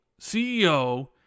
CEO